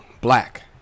black